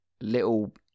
little